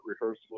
rehearsal